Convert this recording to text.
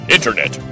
Internet